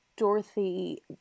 Dorothy